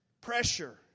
pressure